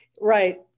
Right